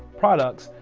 products,